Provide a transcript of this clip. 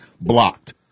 blocked